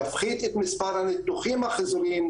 יפחית את מספר הניתוחים החוזרים,